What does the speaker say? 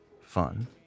fun